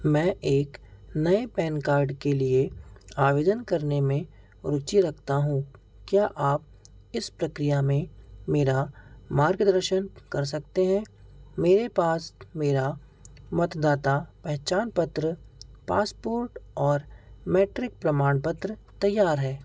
मैं एक नए पैन कार्ड के लिए आवेदन करने में रुचि रखता हूँ क्या आप इस प्रक्रिया में मेरा मार्गदर्शन कर सकते हैं मेरे पास मेरा मतदाता पहचान पत्र पासपोर्ट और मैट्रिक प्रमाणपत्र तैयार है